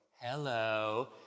hello